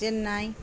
Chennai